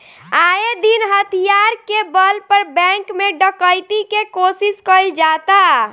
आये दिन हथियार के बल पर बैंक में डकैती के कोशिश कईल जाता